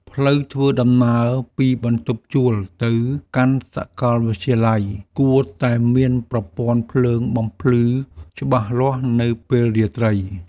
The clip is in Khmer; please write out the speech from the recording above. ផ្លូវធ្វើដំណើរពីបន្ទប់ជួលទៅកាន់សាកលវិទ្យាល័យគួរតែមានប្រព័ន្ធភ្លើងបំភ្លឺច្បាស់លាស់នៅពេលរាត្រី។